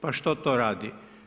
Pa što to radi?